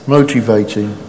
Motivating